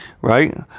right